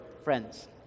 friends